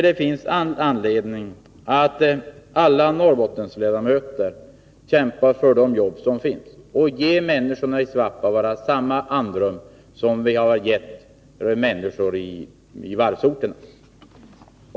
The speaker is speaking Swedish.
Det finns all anledning att samtliga Norrbottensledamöter kämpar för de jobb som finns och ger människorna i Svappavaara samma andrum som vi har gett människor i varvsorterna.